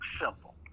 simple